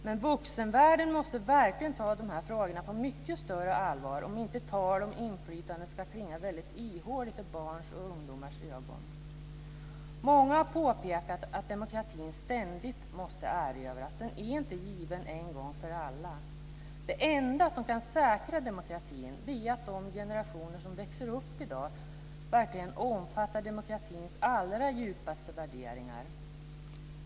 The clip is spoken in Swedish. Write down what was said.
Men vuxenvärlden måste verkligen ta dessa frågor på mycket större allvar, om inte talet om inflytande ska klinga väldigt ihåligt i barns och ungdomars öron. Många har påpekat att demokratin ständigt måste erövras. Den är inte given en gång för alla. Det enda som kan säkra demokratin är att de generationer som växer upp i dag verkligen omfattar demokratins allra djupaste värderingar.